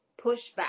pushback